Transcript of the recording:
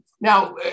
Now